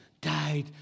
died